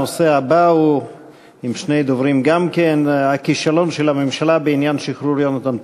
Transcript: גם הוא עם שני דוברים: כישלון הממשלה בעניין שחרור יונתן פולארד,